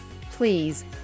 please